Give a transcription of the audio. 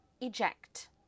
eject